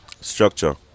structure